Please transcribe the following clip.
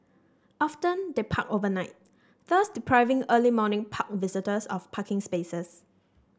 often they park overnight thus depriving early morning park visitors of parking spaces